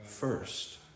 first